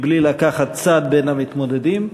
מבלי לקחת צד בין המתמודדים,